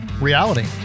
reality